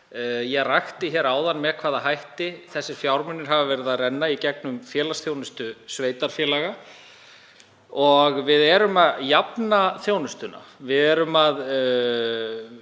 Ég rakti hér áðan með hvaða hætti þessir fjármunir hafa verið að renna í gegnum félagsþjónustu sveitarfélaga. Við erum að jafna þjónustuna. Við erum að